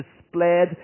displayed